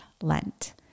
Lent